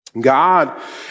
God